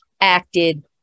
acted